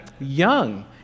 young